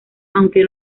aunque